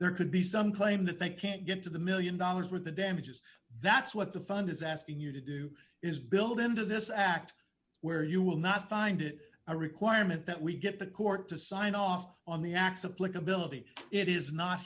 there could be some claim that they can't get to the one million dollars for the damages that's what the fund is asking you to do is build into this act where you will not find it a requirement that we get the court to sign off on the accept like ability it is not